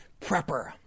prepper